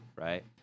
right